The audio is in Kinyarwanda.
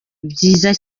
byiza